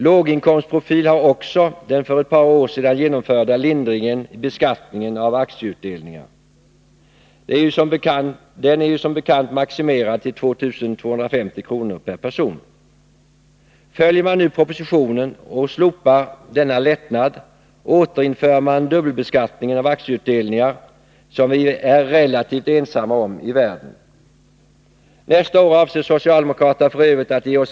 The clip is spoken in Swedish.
Låginkomstprofil har också den för ett par år sedan genomförda lindringen i beskattningen av aktieutdelningar. Den är som bekant maximerad till 2 250 kr. per person. Följer man nu propositionen och slopar denna lättnad, återinför man dubbelbeskattningen av aktieutdelningar, som vi är relativt ensamma om i världen. Nästa år ger socialdemokraterna oss f.ö.